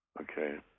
okay